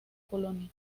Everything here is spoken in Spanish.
colonia